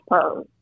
pose